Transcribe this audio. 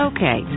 Okay